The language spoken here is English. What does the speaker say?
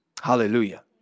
Hallelujah